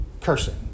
cursing